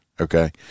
Okay